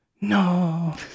No